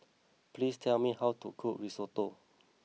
please tell me how to cook Risotto